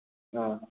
ꯑꯥ